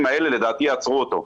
לדעתי יעצרו אותו.